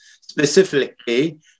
specifically